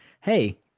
hey